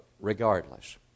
regardless